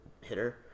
hitter